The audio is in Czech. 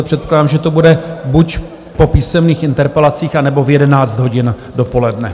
Předpokládám, že to bude buď po písemných interpelacích, nebo v 11 hodin dopoledne.